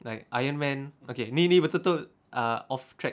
like iron man okay ni ni ni betul-betul uh off track